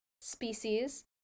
species